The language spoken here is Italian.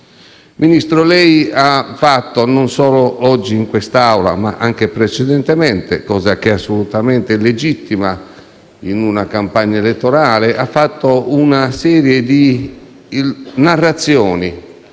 Ministro, lei ha fatto, non solo oggi in quest'Aula, ma anche precedentemente (cosa assolutamente legittima in una campagna elettorale), una serie di narrazioni